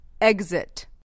Exit